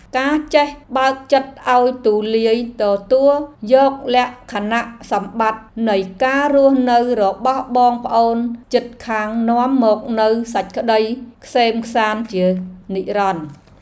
ការចេះបើកចិត្តឱ្យទូលាយទទួលយកលក្ខណៈសម្បត្តិនៃការរស់នៅរបស់បងប្អូនជិតខាងនាំមកនូវសេចក្តីក្សេមក្សាន្តជានិរន្តរ៍។